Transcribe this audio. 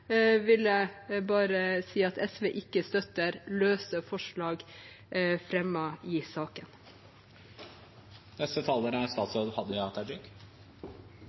vil jeg bare si at SV ikke støtter det løse forslaget som er fremmet i saken. Me er